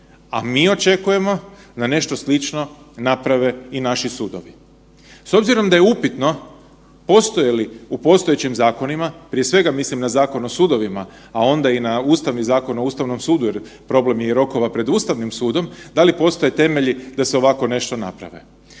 a mi očekujemo da nešto slično naprave i naši sudovi. S obzirom da je upitno postoje li u postojećim zakonima, prije svega mislim na Zakon o sudovima, a onda i na Ustavni Zakon o Ustavnom sudu jer problem je i rokova pred Ustavnim sudom, da li postoje temelji da se ovako nešto napravi.